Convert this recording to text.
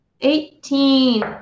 Eighteen